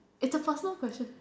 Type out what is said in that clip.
it's a personal question